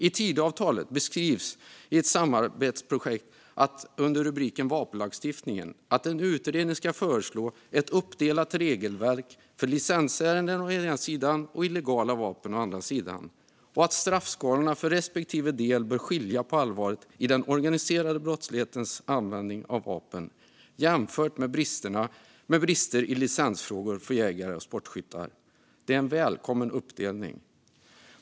I Tidöavtalet beskrivs under rubriken Vapenlagstiftningen att en utredning ska föreslå ett uppdelat regelverk för å ena sidan licensärenden och å andra sidan illegala vapen, och att straffskalorna för respektive del bör skilja på allvaret i den organiserade brottslighetens användning av vapen jämfört med brister i licensfrågor för jägare och sportskyttar. Det är en välkommen uppdelning.